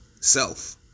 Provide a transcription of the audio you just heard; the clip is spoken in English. self